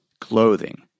clothing